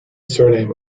surname